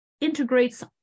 integrates